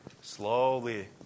slowly